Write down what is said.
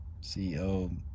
CEO